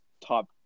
top